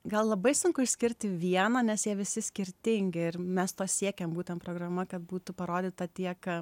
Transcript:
gal labai sunku išskirti vieną nes jie visi skirtingi ir mes to siekiam būtent programa kad būtų parodyta tiek